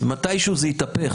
מתישהו זה יתהפך.